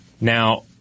Now